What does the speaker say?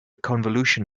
convolution